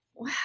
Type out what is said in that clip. Wow